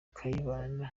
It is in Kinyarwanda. kayibanda